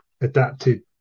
adapted